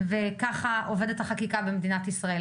האכיפה וככה עובדת החקיקה במדינת ישראל.